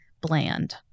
bland